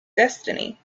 destiny